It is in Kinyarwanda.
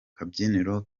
kabyiniro